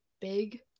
big